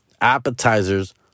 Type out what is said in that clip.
Appetizers